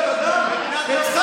הזה מקיים שוויון וזכויות האדם.